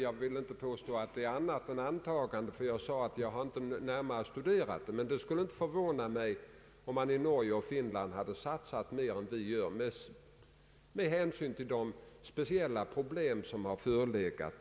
Jag gav inte uttryck för något annat än antaganden, eftersom jag sade att jag inte närmare studerat det hela, men det skulle inte förvåna mig om man i Norge och Finland satsat mer än vi gjort med hänsyn till de speciella problem som där förelegat.